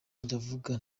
ndavuga